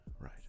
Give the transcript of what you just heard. right